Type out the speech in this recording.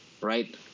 right